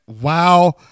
Wow